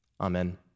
Amen